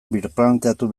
birplanteatu